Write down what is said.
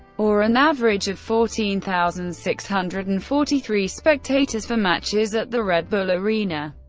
or an average of fourteen thousand six hundred and forty three spectators, for matches at the red bull arena.